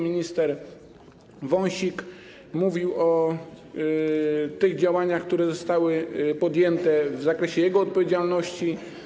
Minister Wąsik mówił o tych działaniach, które zostały podjęte w zakresie jego odpowiedzialności.